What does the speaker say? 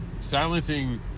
silencing